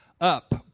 up